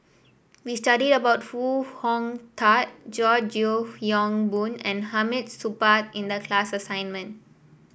we studied about Foo Hong Tatt George Yeo Yong Boon and Hamid Supaat in the class assignment